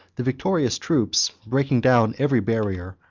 the victorious troops, breaking down every barrier,